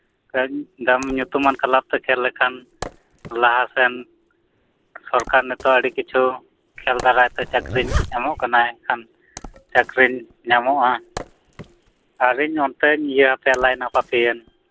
ᱠᱟᱹᱡ ᱫᱟᱢ ᱧᱩᱛᱩᱢᱟᱱ ᱠᱞᱟᱵᱽᱯᱮ ᱠᱷᱮᱞ ᱞᱮᱠᱷᱟᱱ ᱞᱟᱦᱟᱥᱮᱱ ᱥᱚᱨᱠᱟᱨ ᱱᱤᱛᱚᱜ ᱟᱹᱰᱤ ᱠᱤᱪᱷᱩ ᱠᱷᱮᱞ ᱫᱟᱨᱟᱭᱛᱮ ᱪᱟᱹᱠᱨᱤᱭ ᱮᱢᱚᱜ ᱠᱟᱱᱟᱭ ᱠᱷᱟᱱ ᱪᱟᱹᱠᱨᱤ ᱧᱟᱢᱚᱜᱼᱟ ᱟᱨ ᱤᱧ ᱚᱱᱛᱮᱧ ᱤᱭᱟᱹᱟᱯᱮᱭᱟ ᱞᱟᱭᱤᱱ ᱟᱛᱟᱯᱮᱭᱟᱹᱧ